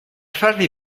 farvi